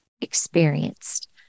experienced